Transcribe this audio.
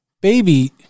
baby